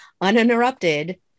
uninterrupted